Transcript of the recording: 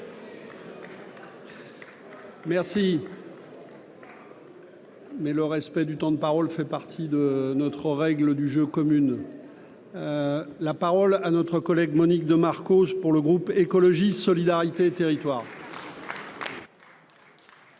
Merci. Mais le respect du temps de parole fait partie de notre règle du jeu commune la parole à notre collègue Monique de Marco, pour le groupe Écologie Solidarité territoires.